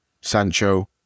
Sancho